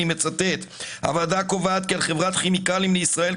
ואני מצטט: "הוועדה קובעת כי על חברת כימיקלים בישראל,